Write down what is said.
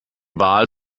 wahl